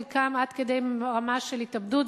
חלקם עד כדי רמה של התאבדות.